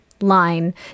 line